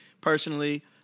personally